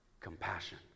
compassion